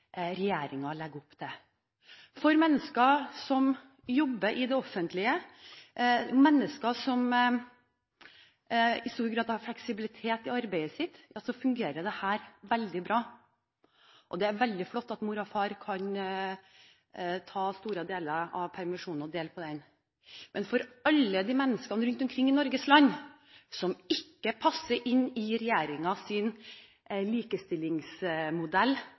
jobber i det offentlige, og mennesker som i stor grad har fleksibilitet i arbeidet sitt, fungerer dette veldig bra. Det er veldig flott at mor og far kan dele på store deler av permisjonen. Men for alle de menneskene rundt omkring i Norges land som ikke passer inn i regjeringens likestillingsmodell,